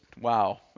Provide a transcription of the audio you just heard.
wow